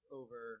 over